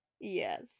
Yes